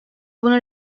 bunu